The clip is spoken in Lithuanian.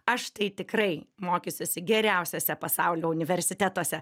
aš tai tikrai mokysiuosi geriausiuose pasaulio universitetuose